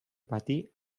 patir